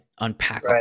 unpack